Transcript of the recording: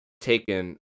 taken